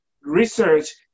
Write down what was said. research